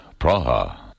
Praha